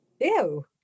Ew